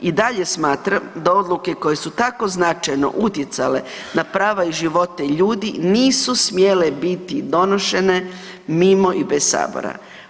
I dalje smatram da odluke koje su tako značajno utjecale na prava i živote ljudi, nisu smjele biti donošene mimo i bez Sabora.